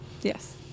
Yes